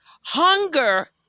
Hunger